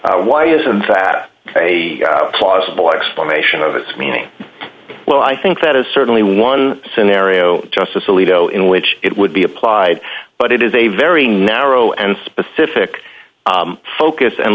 why isn't that a plausible explanation of its meaning well i think that is certainly one scenario justice alito in which it would be applied but it is a very narrow and specific focus and